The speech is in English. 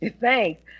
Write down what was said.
Thanks